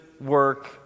work